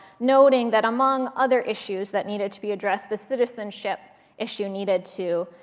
noting that among other issues that needed to be addressed, the citizenship issue needed to.